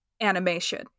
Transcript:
animation